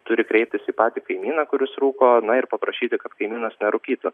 turi kreiptis į patį kaimyną kuris rūko na ir paprašyti kad kaimynas nerūkytų